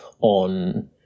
on